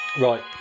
Right